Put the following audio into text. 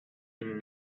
been